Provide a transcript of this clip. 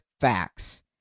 facts